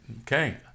okay